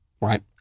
right